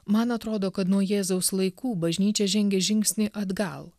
man atrodo kad nuo jėzaus laikų bažnyčia žengė žingsnį atgal